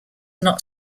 not